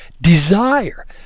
desire